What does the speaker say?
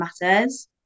matters